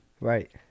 right